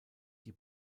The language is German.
die